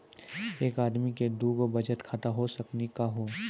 एके आदमी के दू गो बचत खाता हो सकनी का हो?